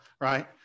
right